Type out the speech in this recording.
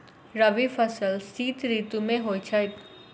रबी फसल शीत ऋतु मे होए छैथ?